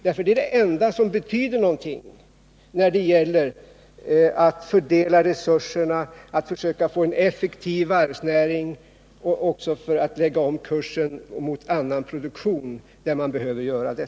Det är nämligen det enda som betyder någonting när det gäller att fördela resurserna , att försöka få en effektiv varvsnäring och lägga om kursen mot annan produktion, där man behöver göra det.